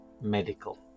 medical